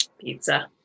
Pizza